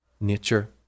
nature